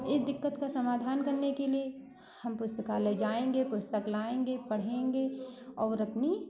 इस दिक्कत का समाधान करने के लिए हम पुस्तकालय जाएंगे पुस्तक लाएंगे पढ़ेंगे और अपनी